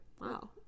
Wow